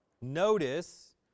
Notice